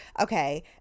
Okay